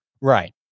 Right